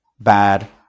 bad